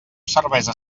cervesa